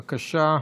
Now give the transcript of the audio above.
בבקשה,